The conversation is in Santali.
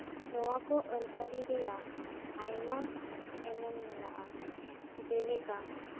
ᱱᱚᱣᱟ ᱠᱚ ᱟᱹᱱ ᱟᱹᱨᱤ ᱨᱮᱭᱟᱜ ᱟᱭᱢᱟ ᱮᱱᱮᱢ ᱢᱮᱱᱟᱜᱼᱟ ᱡᱮᱞᱮᱠᱟ